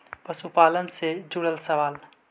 पशुपालन से जुड़ल सवाल?